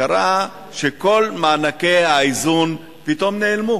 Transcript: קרה שכל מענקי האיזון פתאום נעלמו,